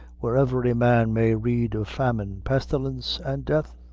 where every man may read of famine, pestilence, an' death?